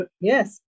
yes